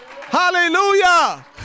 hallelujah